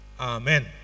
Amen